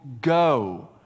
go